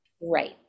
Right